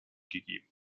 gegeben